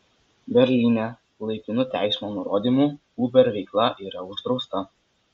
berlyne laikinu teismo nurodymu uber veikla yra uždrausta